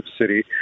city